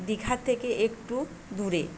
দীঘা থেকে একটু দূরে